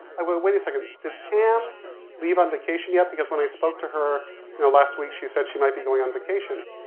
i go, wait a second. did pam leave on vacation yet? because when i spoke to her you know last week she said she might be going on vacation.